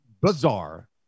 bizarre